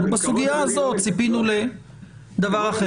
בסוגיה הזאת ציפינו לדבר אחר.